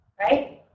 right